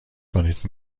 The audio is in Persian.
کنید